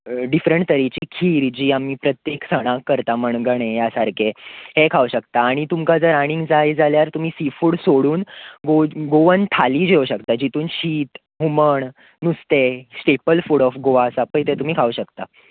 different तरेची खीर जी आमी प्रत्येक सणाक करता मनगणें ह्या सारकें तें खावंक शकता आनी तुमकां जर आनी जाय जाल्यार तुमी सी फूड सोडून गो गोवन थाली जेवंक शकतात तातूंत शीत हुमण नुस्तें स्टेपल फूड ऑफ गोवा आसा पळय तें तुमी खावंक शकतात